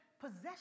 possession